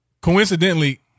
Coincidentally